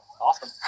Awesome